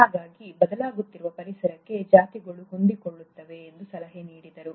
ಹಾಗಾಗಿ ಬದಲಾಗುತ್ತಿರುವ ಪರಿಸರಕ್ಕೆ ಜಾತಿಗಳು ಹೊಂದಿಕೊಳ್ಳುತ್ತವೆ ಎಂದು ಸಲಹೆ ನೀಡಿದರು